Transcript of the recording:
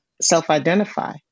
self-identify